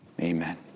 Amen